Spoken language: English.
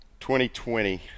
2020